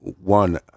one